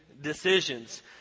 decisions